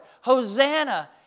Hosanna